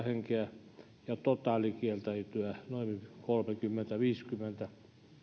henkeä ja totaalikieltäytyjiä on noin kolmekymmentä viiva viisikymmentä